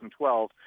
2012